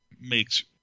makes